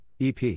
EP